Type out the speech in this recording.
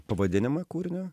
pavadinimą kūrinio